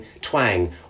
twang